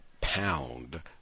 pound